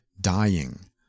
dying